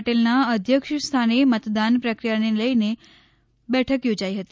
પટેલના અધ્યક્ષસ્થાને મતદાન પ્રક્રિયાને લઇ બેઠક યોજાઇ હતી